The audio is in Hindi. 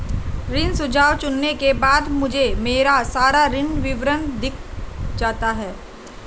ऋण सुझाव चुनने के बाद मुझे मेरा सारा ऋण विवरण दिख जाता है